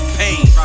pain